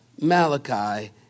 Malachi